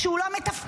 שהוא לא מתפקד,